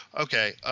Okay